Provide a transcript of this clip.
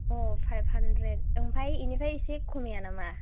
five hundred ओमफ्राय इनिफ्राय इसे खमाया नामा